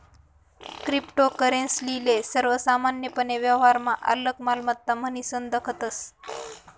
cryptocurrency ले सर्वसामान्यपने व्यवहारमा आलक मालमत्ता म्हनीसन दखतस